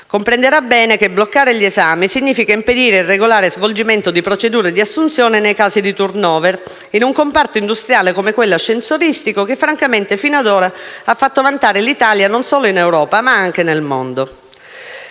Comprenderà bene che bloccare gli esami significa impedire il regolare svolgimento di procedure di assunzione nei casi di *turnover* in un comparto industriale come quello ascensoristico che francamente fino ad ora ha fatto vantare l'Italia non solo in Europa, ma anche nel mondo.